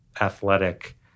athletic